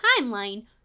timeline